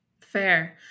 Fair